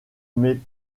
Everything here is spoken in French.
met